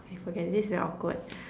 okay forget it this is very awkward